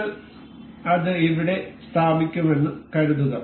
നിങ്ങൾ അത് ഇവിടെ സ്ഥാപിക്കുമെന്ന് കരുതുക